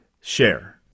share